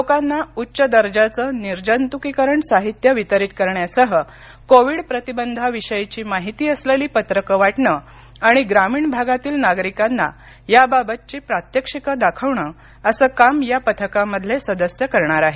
लोकांना उच्च दर्जांचं निर्जंतुकीकरण साहित्य वितरीत करण्यासह कोविड प्रतिबधाविषयीची माहिती असलेली पत्रकं वाटणं आणि ग्रामीण भागातील नागरिकांना याबाबतची प्रात्यक्षिकं दाखवणं असं काम या पथकांमधले सदस्य करणार आहेत